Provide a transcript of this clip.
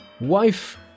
Wife